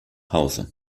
hause